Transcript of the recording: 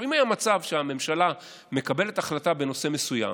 אם היה מצב שהממשלה מקבלת החלטה בנושא מסוים